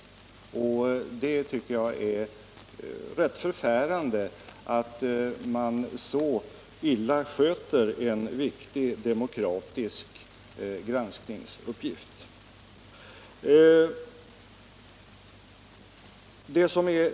Jag tycker att det är rätt förfärande att man så illa sköter en viktig demokratisk granskningsuppgift.